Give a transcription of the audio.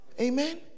Amen